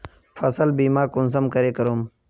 फसल बीमा कुंसम करे करूम?